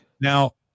Now